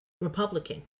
Republican